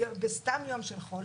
בסתם יום של חול,